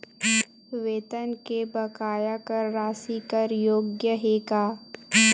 वेतन के बकाया कर राशि कर योग्य हे का?